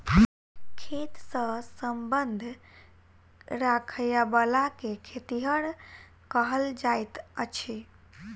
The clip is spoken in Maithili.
खेत सॅ संबंध राखयबला के खेतिहर कहल जाइत अछि